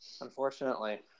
unfortunately